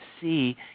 see